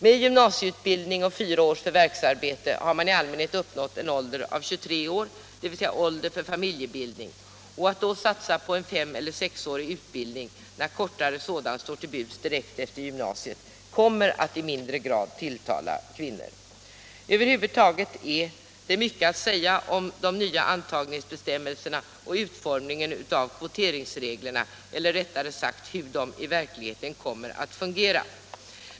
Med gymnasieutbildning och fyra års förvärvsarbete har man i allmänhet uppnått en ålder av 23 år, dvs. ålder för familjebildning, och att då satsa på en fem eller sexårig utbildning, när kortare utbildning står till buds direkt efter gymnasiet, kommer att i mindre grad tilltala kvinnor. Över huvud taget är det mycket att säga om de nya antagningsbestämmelserna och utformningen av kvoteringsreglerna — eller rättare sagt hur de i verkligheten kommer att fungera.